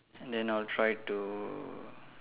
and then I'll try to